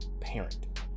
parent